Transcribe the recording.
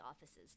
offices